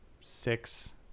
six